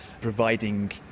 providing